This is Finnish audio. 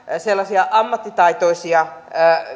sellaisia ammattitaitoisia